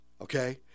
Okay